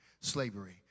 slavery